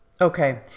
okay